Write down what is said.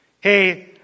hey